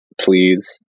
Please